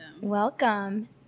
Welcome